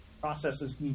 processes